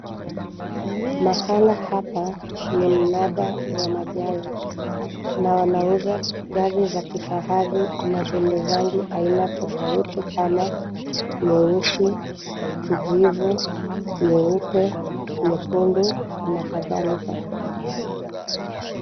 Mahala hapa ni mnada wa magari na wanauza gari za kifahari na zenye rangi aina tofauti kama nyeusi, kijivu, nyeupe, nyekundu na kadhalika.